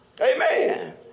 Amen